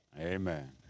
Amen